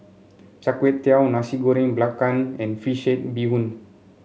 Char Kway Teow Nasi Goreng Belacan and fish head Bee Hoon